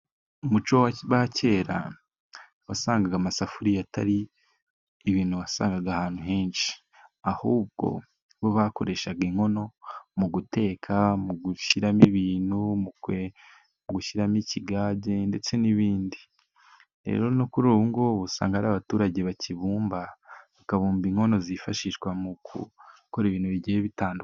Umuco wa kera wasangaga amasafuriya atari ibintu wasangaga ahantu henshi. Uhubwo bo bakoreshaga inkono mu guteka, mu gushyiramo ibintu, mu gushyiramo ikigage ndetse n'ibindi. Rero no kuri ubu ngo usanga ari abaturage bakibumba. Bakabumba inkono zifashishwa mu gukora ibintu bigiye bitandukanye.